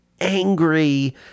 angry